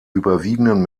überwiegenden